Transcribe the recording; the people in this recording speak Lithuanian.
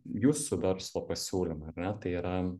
jūsų verslo pasiūlymą ar ne tai yra